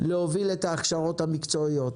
להוביל את ההכשרות המקצועיות.